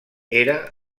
era